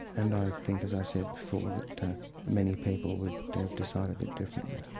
and i think, as i said before, that many people would have decided it differently.